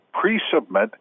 pre-submit